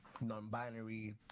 non-binary